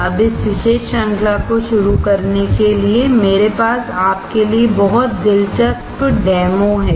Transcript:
अब इस विशेष श्रृंखला को शुरू करने के लिए मेरे पास आपके लिए बहुत दिलचस्प डेमो है